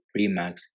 Remax